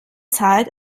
zahlt